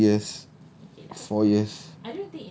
for like three years four years